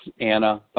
Anna